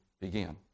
began